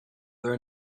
their